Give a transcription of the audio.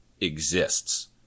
exists